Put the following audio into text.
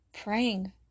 praying